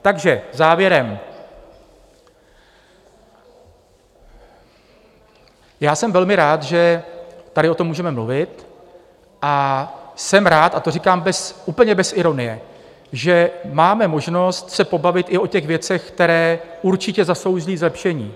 Takže závěrem: Jsem velmi rád, že tady o tom můžeme mluvit, a jsem rád, a to říkám úplně bez ironie, že máme možnost se pobavit i o těch věcech, které určitě zaslouží zlepšení.